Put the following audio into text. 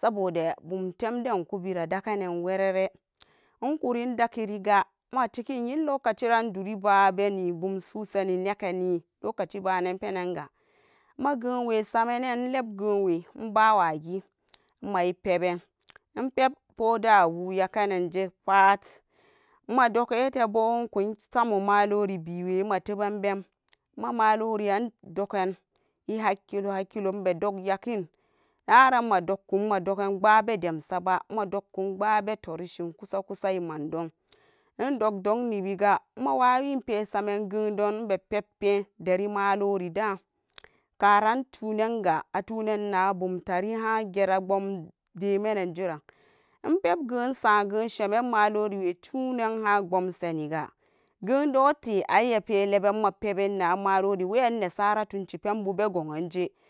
saboda bum tennden koh vera dagenen were unkuri dagari ga nmatiken locaci ran duri babe bum susani locaci banen penanga puden awo yaganan de kap maddugannatebo samo malore be we matebam ben maloreran dokan ahakiloha kklo naran madukun gkparae dem saba nmadokkon gwaraturi dem kusa kusa remamdom we dokk we nibbi ga mawawin pasaman nmebe pepen derimalor karan atunan nabumtari we pep ge wa sanmalore we tonan har bumsanican pendona te wayan nasara tunshin penpo gonje.